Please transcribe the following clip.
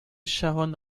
sharon